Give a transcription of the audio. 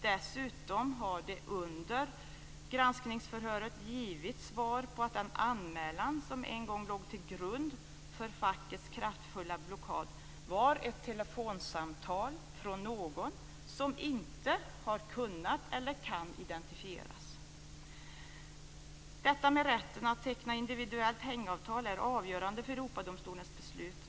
Dessutom har det under granskningsförhöret framkommit ett svar att den anmälan som en gång låg till grund för fackets kraftfulla blockad var ett telefonsamtal från någon som inte har kunnat eller kan identifieras. Rätten att teckna individuellt hängavtal är avgörande för Europadomstolens beslut.